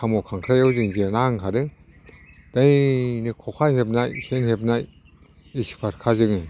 साम' खांख्रायाव जों जेना होनखादों नैनो खखा हेबनाय सेन हेबनाय एक्सपार्टखा जोङो